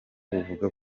buvuga